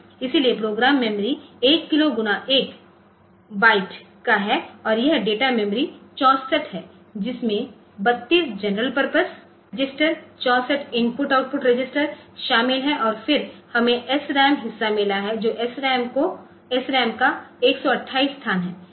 इसलिए program memory 1kilo1 byte का है और यह डेटा मेमोरी 64 है जिसमें 32 general purpose register 64 input output register IO register शामिल हैं और फिर हमें SRAM हिस्सा मिला है जो SRAM का 128 स्थान है